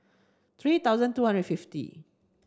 three thousand two hundred fifty